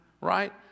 right